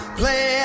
play